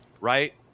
right